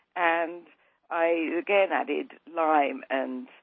and i again added lime, and